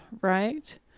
right